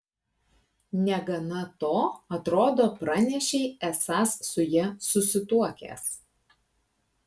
negana to atrodo pranešei esąs su ja susituokęs